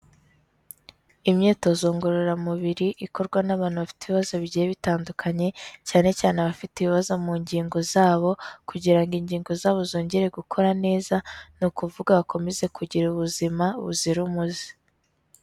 Imyitozo ngororamubiri ikorwa n'abantu bafite ibibazo bigiye bitandukanye, cyane cyane abafite ibibazo mu ngingo zabo, kugira ngo ingingo zabo zongere gukora neza, ni ukuvuga bakomeze kugira ubuzima buzira umuze.